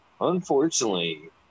unfortunately